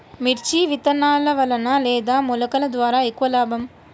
మిర్చి విత్తనాల వలన లేదా మొలకల ద్వారా ఎక్కువ లాభం?